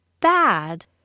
bad